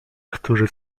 którzy